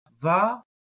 va